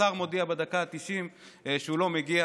השר מודיע בדקה ה-90 שהוא לא מגיע.